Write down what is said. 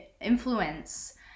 influence